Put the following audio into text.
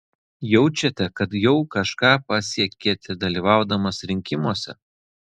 jaučiate kad jau kažką pasiekėte dalyvaudamas rinkimuose